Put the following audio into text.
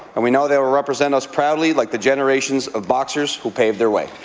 and we know they will represent us proudly like the generations of boxers who paved their way.